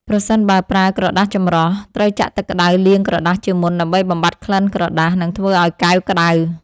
ប្រសិនបើប្រើក្រដាសចម្រោះ ត្រូវចាក់ទឹកក្ដៅលាងក្រដាសជាមុនដើម្បីបំបាត់ក្លិនក្រដាស និងធ្វើឱ្យកែវក្ដៅ។